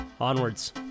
Onwards